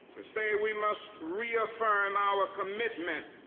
to say we must reaffirm our commitment